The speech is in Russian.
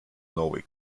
новой